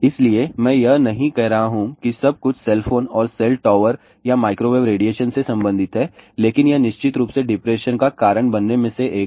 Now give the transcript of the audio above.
इसलिए मैं यह नहीं कह रहा हूं कि सब कुछ सेल फोन और सेल टॉवर या माइक्रोवेव रेडिएशन से संबंधित है लेकिन यह निश्चित रूप से डिप्रेशन का कारण बनने में से एक है